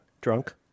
Drunk